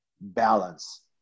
balance